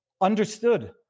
understood